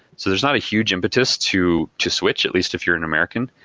so there's not a huge impetus to to switch, at least if you're an american,